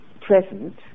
present